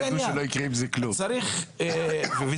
זה מעכב.